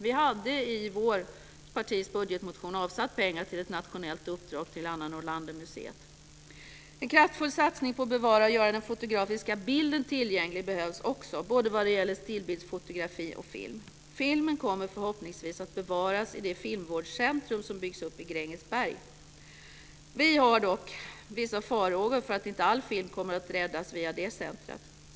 Vi hade i vårt partis budgetmotion avsatt pengar till ett nationellt uppdrag till Anna Nordlander-museet. En kraftfull satsning på att bevara och göra den fotografiska bilden tillgänglig behövs också, vad gäller både stillbildsfotografi och film. Filmen kommer förhoppningsvis att bevaras i det filmvårdscentrum som byggs upp i Grängesberg, även om vi har vissa farhågor för att inte all film kommer att räddas via detta centrum.